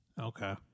Okay